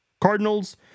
Cardinals